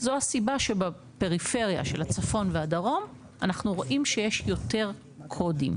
זו הסיבה שבפריפריה של הצפון והדרום אנחנו רואים שיש יותר קודים,